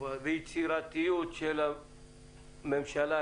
ויצירתיות של הממשלה,